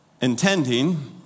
intending